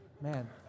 Man